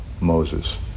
Moses